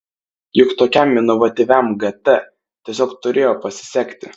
juk tokiam inovatyviam gt tiesiog turėjo pasisekti